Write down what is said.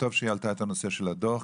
טוב שהיא העלתה את הנושא של הדוח,